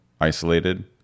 isolated